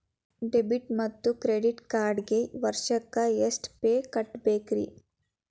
Debit ಮತ್ತು credit ಕಾರ್ಡ್ಗೆ ವರ್ಷಕ್ಕ ಎಷ್ಟ ಫೇ ಕಟ್ಟಬೇಕ್ರಿ?